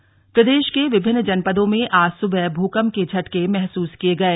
भूकम्प प्रदेश के विभिन्न जनपदों में आज सुबह भूकम्प के झटके महसूस किये गये